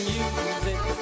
Music